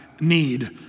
need